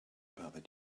about